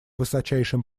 высочайшим